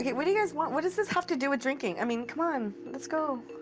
what do you guys want? what does this have to do with drinking? i mean, come on. let's go.